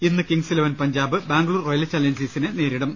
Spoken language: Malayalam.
ഇന്ന് Kings Eleven Punjab Bangalore royal ചല്ച്ചേഴ്സിനെ നേരിടും